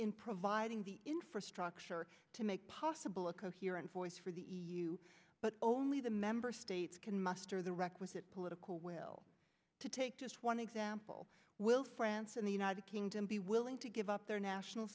in providing the infrastructure to make possible a coherent voice for the e u but only the member states can muster the requisite political will to take just one example will france and the united kingdom be willing to give up their national